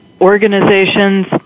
organizations